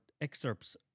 excerpts